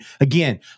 Again